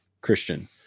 Christian